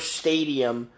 stadium